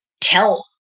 tell